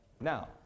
Now